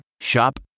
Shop